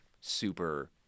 super